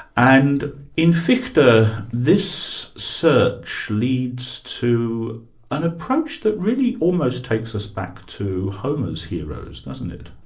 and in fichte ah this search leads to an approach that really almost takes us back to homer's heroes, doesn't it?